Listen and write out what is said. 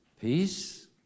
Peace